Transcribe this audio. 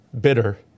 bitter